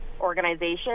organization